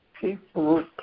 people